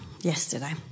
yesterday